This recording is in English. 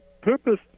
purpose